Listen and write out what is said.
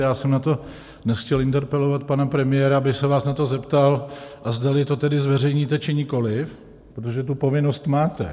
Já jsem na to dnes chtěl interpelovat pana premiéra, aby se vás na to zeptal, zdali to tedy zveřejníte, či nikoliv, protože tu povinnost máte.